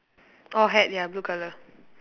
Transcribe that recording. orh hat ya blue colour